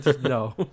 no